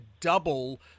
double